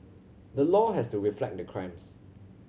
the law has to reflect the crimes